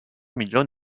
millions